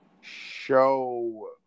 show